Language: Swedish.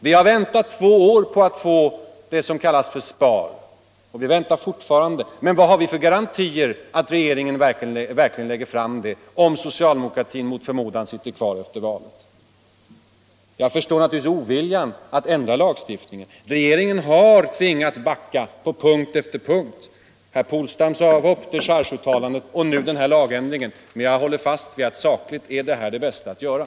Vi har väntat två år på att få det som kallas för SPAR, och vi väntar fortfarande. Vad har vi för garantier att regeringen verkligen lägger fram förslag om ett sådant register, om socialdemokratin mot förmodan sitter kvar i regeringsställning efter valet? Jag förstår naturligtvis oviljan att ändra lagstiftningen. Regeringen har tvingats backa på punkt efter punkt: herr Polstams avhopp, dechargeuttalandet och nu förslag om lagändring. Jag håller fast vid att sakligt är en lagändring det bästa som kan göras.